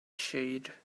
shade